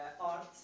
art